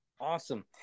Awesome